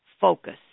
focus